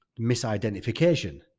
misidentification